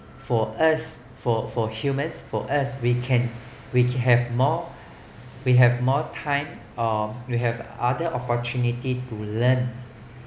for us for for humans for us we can we have more we have more time or we have other opportunities to learn